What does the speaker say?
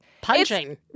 Punching